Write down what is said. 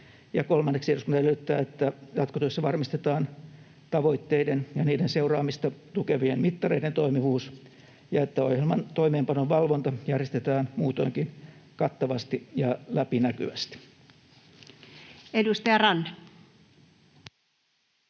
kolmanneksi, eduskunta edellyttää, että jatkotyössä varmistetaan tavoitteiden ja niiden seuraamista tukevien mittareiden toimivuus ja että ohjelman toimeenpanon valvonta järjestetään muutoinkin kattavasti ja läpinäkyvästi.” Edustaja Ranne.